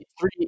three